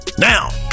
Now